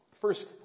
First